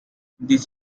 this